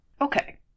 Okay